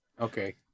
Okay